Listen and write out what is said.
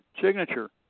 signature